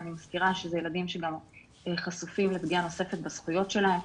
אני מזכירה שזה ילדים שגם חשופים לפגיעה נוספת בזכויות שלהם.